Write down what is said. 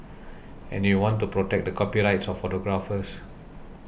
and we want to protect the copyrights of photographers